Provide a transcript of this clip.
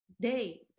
day